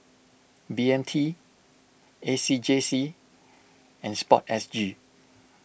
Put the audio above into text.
B M T A C J C and Sport S G